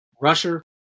rusher